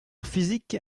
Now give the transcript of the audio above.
physique